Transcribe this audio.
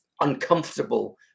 uncomfortable